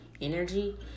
energy